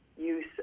Use